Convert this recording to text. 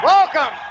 Welcome